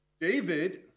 David